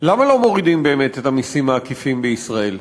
למה באמת לא מורידים את המסים העקיפים בישראל?